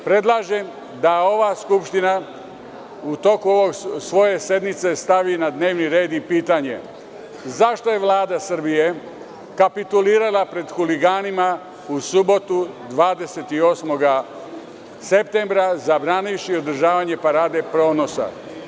Predlažem, da ova skupština u toku ove sednice stavi na dnevni red i pitanje – zašto je Vlada Srbije kapitulirala pred huliganima u subotu 28. septembra zabranivši održavanje „ Paradu ponosa“